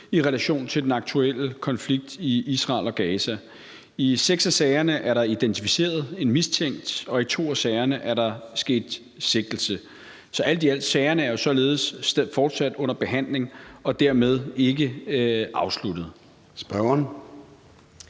i relation til den aktuelle konflikt i Israel og Gaza. I seks af sagerne er der identificeret en mistænkt, og i to af sagerne er der sket sigtelse. Så sagerne er fortsat under behandling og dermed ikke afsluttet.